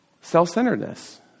self-centeredness